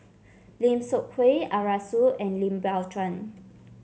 Lim Seok Hui Arasu and Lim Biow Chuan